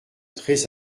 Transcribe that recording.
très